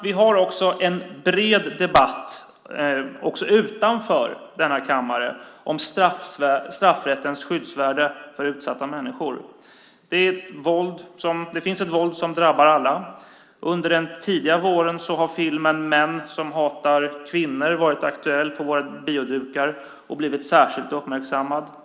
Vi har en bred debatt också utanför kammaren om straffrättens skyddsvärde för utsatta människor. Det finns ett våld som drabbar alla. Under den tidiga våren har filmen Män som hatar kvinnor varit aktuell på våra biodukar och blivit särskilt uppmärksammad.